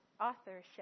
authorship